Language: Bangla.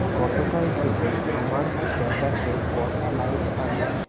গতকাল থেকে আমার স্ট্যাটাসে কটা লাইক আছে